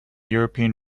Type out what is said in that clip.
european